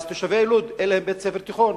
אז תושבי לוד אין להם בית-ספר תיכון.